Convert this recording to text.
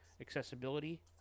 Accessibility